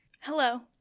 Hello